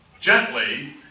gently